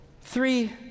Three